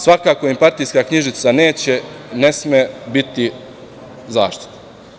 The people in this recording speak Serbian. Svakako im partijska knjižica neće i ne sme biti zaštita.